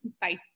Bye